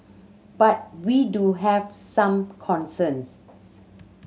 but we do have some concerns